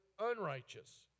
unrighteous